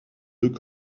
deux